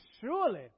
Surely